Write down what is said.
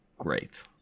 great